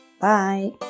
Bye